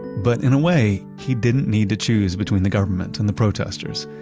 but in a way he didn't need to choose between the government and the protesters.